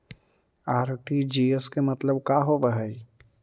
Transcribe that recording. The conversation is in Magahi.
आर.टी.जी.एस के मतलब का होव हई?